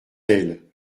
elle